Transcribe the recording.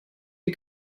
die